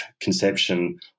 conception